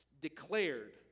declared